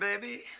baby